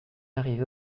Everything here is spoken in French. arrivé